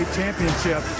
championship